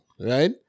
right